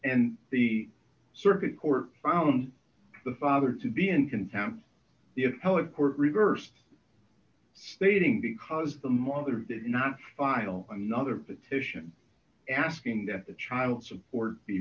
and the circuit court found the father to be in contempt of court reversed stating because the mother did not file another petition asking that the child support